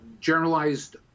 generalized